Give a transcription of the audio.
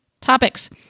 topics